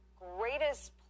greatest